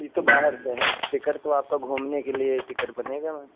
यह तो बाहर से है टिकट तो आपका घूमने के लिए टिकट बनेगा मैम